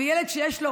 וילד שיש לו